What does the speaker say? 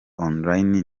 online